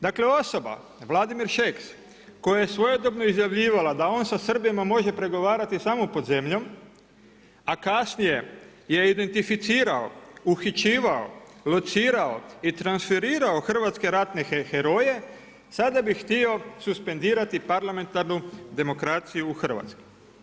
Dakle, osoba, Vladimir Šeks koji je svojedobno izjavljivala da on sa Srbima može pregovarati samo pod zemljom, a kasnije je identificirao uhićivao, locirao i transferirao hrvatske ratne heroje, sada bi htio suspendirati parlamentarnu demokraciju u Hrvatskoj.